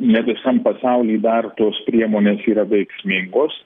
ne visam pasauliui dar tos priemonės yra veiksmingos